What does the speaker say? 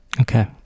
okay